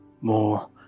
more